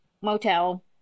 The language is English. motel